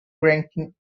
ranking